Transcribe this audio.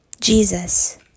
Jesus